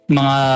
mga